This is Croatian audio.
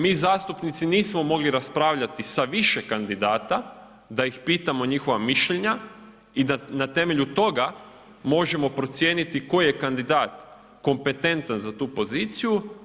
Mi zastupnici nismo mogli raspravljati sa više kandidata da ih pitamo njihova mišljenja i da na temelju toga možemo procijeniti koji je kandidat kompetentan za tu poziciju.